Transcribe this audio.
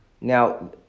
Now